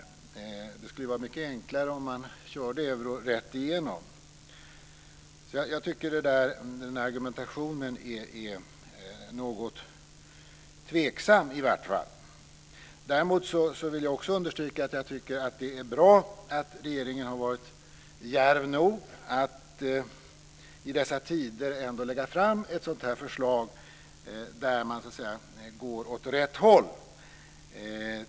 Men det skulle vara mycket enklare att köra med euro rätt igenom. Jag tycker alltså att argumentationen här är i varje fall något tveksam. Däremot vill jag också understryka att det är bra att regeringen varit djärv nog att i dessa tider ändå lägga fram ett sådant här förslag där man så att säga går åt rätt håll.